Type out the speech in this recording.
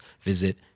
visit